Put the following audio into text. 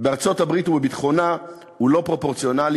בארצות-הברית ובביטחונה הוא לא פרופורציונלי